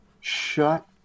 shut